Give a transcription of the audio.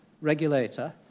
regulator